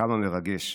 כמה מרגש.